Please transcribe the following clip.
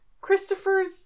Christopher's